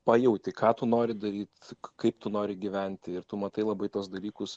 pajauti ką tu nori daryt kaip tu nori gyventi ir tu matai labai tuos dalykus